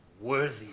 worthy